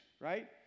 right